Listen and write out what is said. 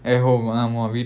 at home ஆமா:aamaa